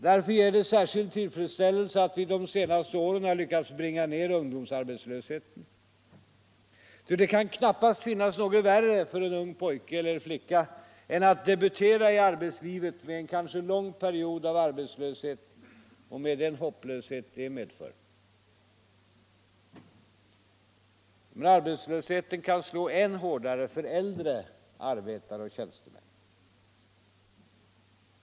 Därför ger det en särskild tillfredsställelse att vi de senaste åren har lyckats bringa ned ungdomsarbetslösheten. Ty det kan knappast finnas något värre för en ung pojke eller flicka än att debutera i arbetslivet med en kanske lång period av arbetslöshet och med den hopplöshet det medför. Men arbetslösheten kan slå än hårdare för äldre arbetare och tjänstemän.